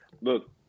look